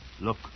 Look